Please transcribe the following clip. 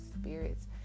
spirits